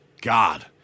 God